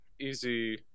easy